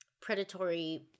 predatory